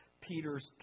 Peter's